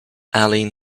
arlene